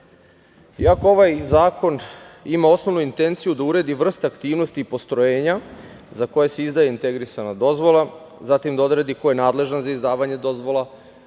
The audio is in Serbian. ovaj zakon ima osnovnu intenciju da uredi vrste aktivnosti i postrojenja za koje se izdaje integrisana dozvola, zatim da odredi ko je nadležan za izdavanje dozvola,